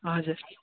हजुर